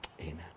amen